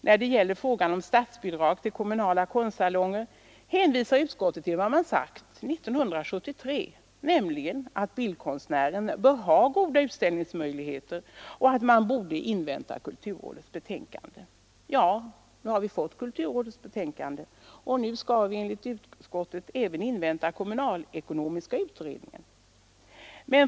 När det gäller frågan om statsbidrag till kommunala konstsalonger hänvisar utskottet till vad man sagt 1973, nämligen att bildkonstnärerna bör ha goda utställningsmöjligheter och att man bör invänta kulturrådets betänkande. Nu har vi fått kulturrådets betänkande, och nu skall vi enligt utskottet även invänta kommunalekonomiska utredningen!